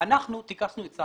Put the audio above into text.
אנחנו טקסנו עצה